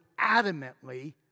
adamantly